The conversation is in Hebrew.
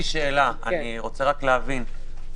שלהם.